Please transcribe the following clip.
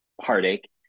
heartache